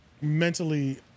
mentally